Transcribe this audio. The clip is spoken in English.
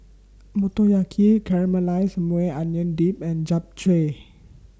Motoyaki Caramelized Maui Onion Dip and Japchae